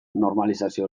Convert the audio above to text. normalizazio